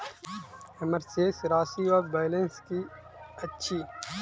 हम्मर शेष राशि वा बैलेंस की अछि?